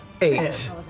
Eight